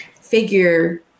figure